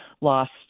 lost